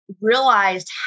realized